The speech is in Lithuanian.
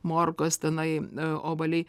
morkos tenai a obuoliai